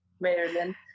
Maryland